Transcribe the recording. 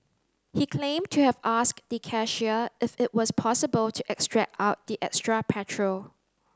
he claimed to have asked the cashier if it was possible to extract out the extra petrol